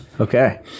Okay